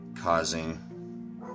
causing